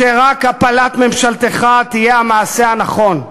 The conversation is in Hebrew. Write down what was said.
שרק הפלת ממשלתך תהיה המעשה הנכון.